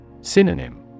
Synonym